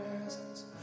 presence